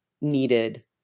needed